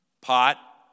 Pot